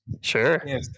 sure